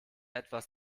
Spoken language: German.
etwas